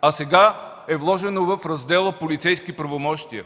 а сега е вложено в Раздела „Полицейски правомощия”.